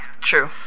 True